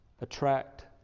attract